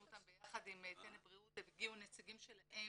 אותם ביחד עם טנא בריאות הגיעו נציגים שלהם,